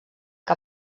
que